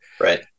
Right